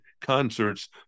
concerts